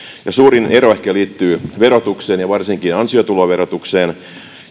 suurin ero ehkä liittyy verotukseen ja varsinkin ansiotuloverotukseen